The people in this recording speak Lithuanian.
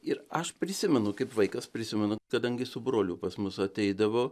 ir aš prisimenu kaip vaikas prisimenu kadangi su broliu pas mus ateidavo